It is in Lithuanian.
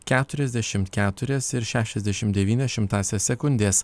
keturiasdešim keturias ir šešiasdešim devynias šimtąsias sekundės